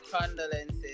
condolences